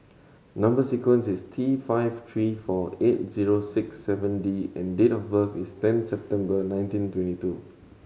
number sequence is T five three four eight zero six seven D and date of birth is ten September nineteen twenty two